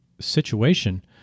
situation